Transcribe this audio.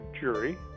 jury